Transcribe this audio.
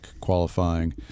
qualifying